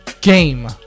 game